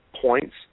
points